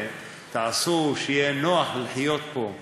תעשו שיהיה נוח לחיות פה.